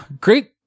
Great